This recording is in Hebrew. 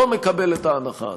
לא מקבל את ההנחה הזאת.